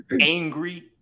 angry